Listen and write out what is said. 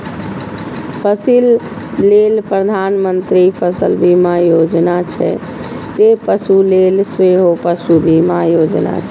फसिल लेल प्रधानमंत्री फसल बीमा योजना छै, ते पशु लेल सेहो पशु बीमा योजना छै